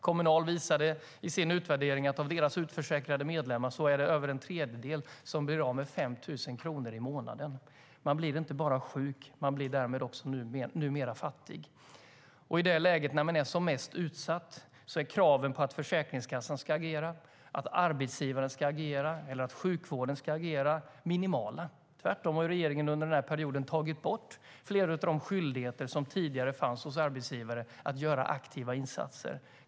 Kommunal visade i sin utvärdering att det av deras utförsäkrade medlemmar är över en tredjedel som blir av med 5 000 kronor i månaden. Man blir alltså inte bara sjuk utan numera också fattig. I det läget, när man är som mest utsatt, är kraven på att Försäkringskassan ska agera, att arbetsgivaren ska agera eller att sjukvården ska agera minimala. Tvärtom har regeringen under den här perioden tagit bort flera av de skyldigheter som tidigare fanns hos arbetsgivare att göra aktiva insatser.